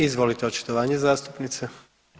Izvolite očitovanje zastupnice.